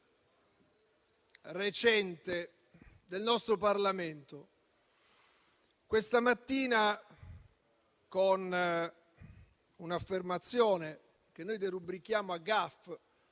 recente del nostro Parlamento. Questa mattina, con un'affermazione che noi derubrichiamo a